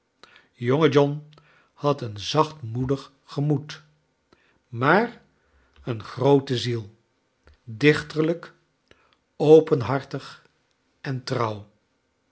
jonge john had een zachtmoedig gemoed maar een groote ziel dichterlijk openhartig en trouw